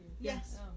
Yes